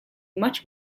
much